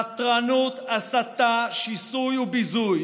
חתרנות, הסתה, שיסוי וביזוי